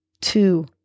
two